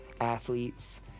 Athletes